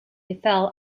befell